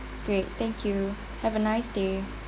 great thank you have a nice day